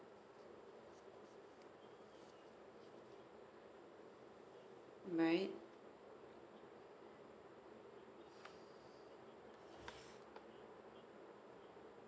right